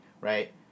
right